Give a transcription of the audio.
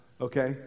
Okay